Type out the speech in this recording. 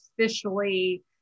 officially